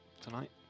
tonight